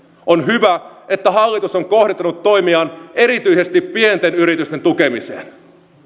on hyvä että hallitus on kohdentanut toimiaan erityisesti pienten yritysten tukemiseen